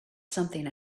something